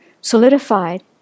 solidified